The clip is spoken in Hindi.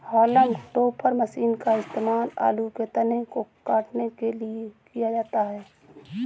हॉलम टोपर मशीन का इस्तेमाल आलू के तने को काटने के लिए किया जाता है